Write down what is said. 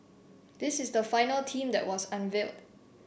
this is the final team that was unveiled